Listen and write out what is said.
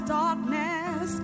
darkness